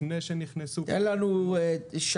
לפני שנה בערך,